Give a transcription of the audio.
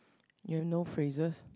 you know phrases